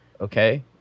okay